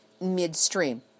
midstream